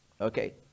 okay